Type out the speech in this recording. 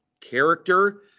character